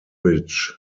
bridge